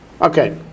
Okay